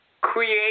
create